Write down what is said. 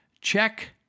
check